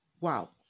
Wow